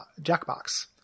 Jackbox